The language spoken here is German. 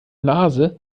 nase